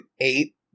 eight